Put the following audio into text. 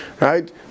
Right